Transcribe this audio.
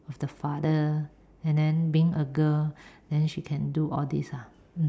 of the father and then being a girl then she can do all this ah mm